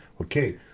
Okay